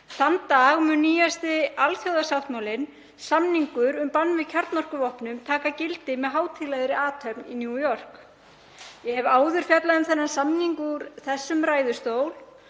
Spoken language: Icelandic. Þann dag mun nýjasti alþjóðasáttmálinn, samningur um bann við kjarnorkuvopnum, taka gildi með hátíðlegri athöfn í New York. Ég hef áður fjallað um þennan samning úr þessum ræðustól.